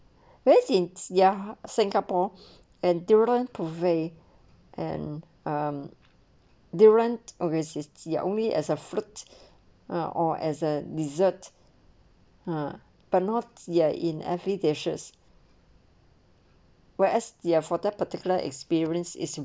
we're since ya singapore and durian puree and ah durian overseas ya only as a fruit ah or as a dessert ah but north ya in every dishes whereas there for their particular experience is